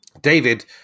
David